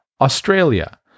Australia